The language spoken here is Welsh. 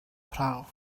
prawf